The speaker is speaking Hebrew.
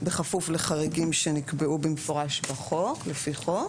בכפוף לחריגים שנקבעו במפורש לפי חוק,